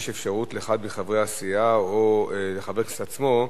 יש לאחד מחברי הסיעה, או לחבר הכנסת עצמו,